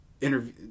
interview